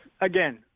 again